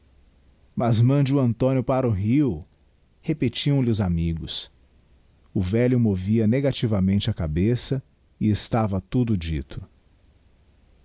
mas mande o antónio para o rio repitiamiheos amigos o velho movia negativamente a cabeça e estava tudo dicto